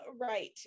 right